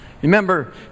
Remember